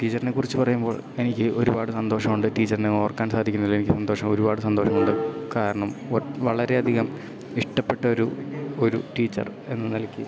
ടീച്ചറിനെ കുറിച്ച് പറയുമ്പോൾ എനിക്ക് ഒരുപാട് സന്തോഷമുണ്ട് ടീച്ചറിനെ ഓർക്കാൻ സാധിക്കുന്നതിൽ എനിക്ക് സന്തോഷം ഒരുപാട് സന്തോഷമുണ്ട് കാരണം വളരെയധികം ഇഷ്ടപ്പെട്ടൊരു ഒരു ടീച്ചർ എന്ന നിലക്ക്